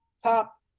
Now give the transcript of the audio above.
top